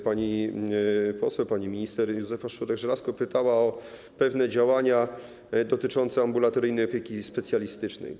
Pani poseł, pani minister Józefa Szczurek-Żelazko pytała o pewne działania dotyczące ambulatoryjnej opieki specjalistycznej.